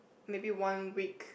maybe one week